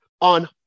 on